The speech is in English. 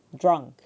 drunk